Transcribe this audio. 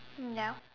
mm ya